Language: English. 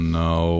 no